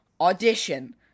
Audition